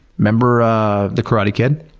remember the karate kid?